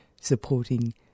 supporting